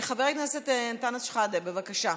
חבר הכנסת אנטאנס שחאדה, בבקשה,